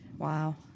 Wow